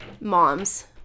moms